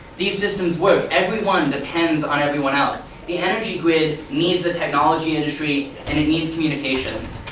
these systems work every one depends on everyone else. the energy grid needs the technology industry, and it needs communications.